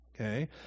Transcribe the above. okay